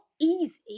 easy